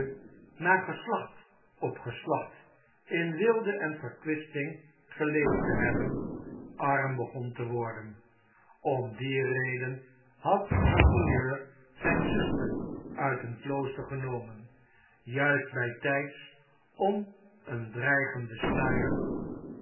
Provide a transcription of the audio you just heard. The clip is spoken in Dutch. op geslacht in weelde en verkwisting geleefd te hebben arm begon te worden om die reden had monseigneur zijn zuster uit een klooster genomen juist bijtijds om een dreigenden